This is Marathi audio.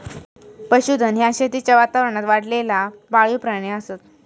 पशुधन ह्या शेतीच्या वातावरणात वाढलेला पाळीव प्राणी असत